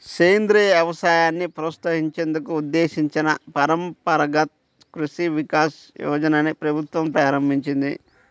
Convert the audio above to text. సేంద్రియ వ్యవసాయాన్ని ప్రోత్సహించేందుకు ఉద్దేశించిన పరంపరగత్ కృషి వికాస్ యోజనని ప్రభుత్వం ప్రారంభించింది